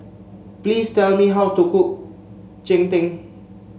please tell me how to cook Cheng Tng